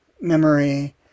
memory